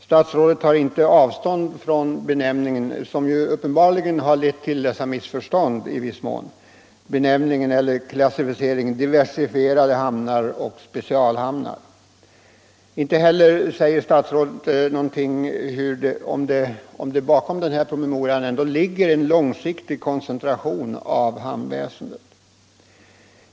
Statsrådet tar inte avstånd från klassificeringen diversifierade hamnar och specialhamnar, som uppenbarligen har lett till missförstånd i viss mån. Inte heller säger statsrådet något om huruvida det bakom denna promemoria ändå ligger en tanke på långsiktig koncentration av hamnväsendet.